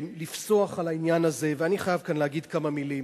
לפסוח על העניין הזה ואני חייב כאן להגיד כמה מלים.